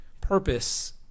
purpose